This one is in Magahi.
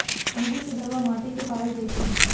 मुर्गी के दरबा माटि के पारल जाइ छइ